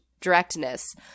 directness